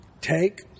take